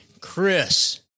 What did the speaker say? Chris